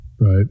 Right